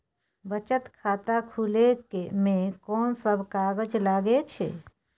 बचत खाता खुले मे कोन सब कागज लागे छै?